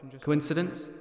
Coincidence